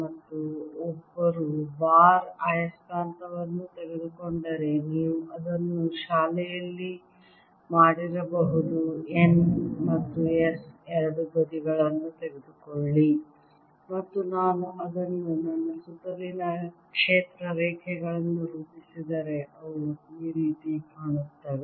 ಮತ್ತು ಒಬ್ಬರು ಬಾರ್ ಆಯಸ್ಕಾಂತವನ್ನು ತೆಗೆದುಕೊಂಡರೆ ನೀವು ಅದನ್ನು ಶಾಲೆಯಲ್ಲಿ ಮಾಡಿರಬಹುದು N ಮತ್ತು S ಎರಡು ಬದಿಗಳನ್ನು ತೆಗೆದುಕೊಳ್ಳಿ ಮತ್ತು ನಾನು ಅದನ್ನು ನನ್ನ ಸುತ್ತಲಿನ ಕ್ಷೇತ್ರ ರೇಖೆಗಳನ್ನು ರೂಪಿಸಿದರೆ ಅವು ಈ ರೀತಿ ಕಾಣುತ್ತವೆ